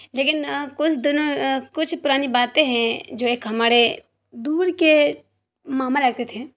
لیکن کچھ دنوں کچھ پرانی باتیں ہیں جو ایک ہمارے دور کے ماما لگتے تھے